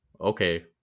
okay